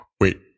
Wait